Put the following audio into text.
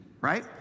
right